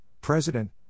president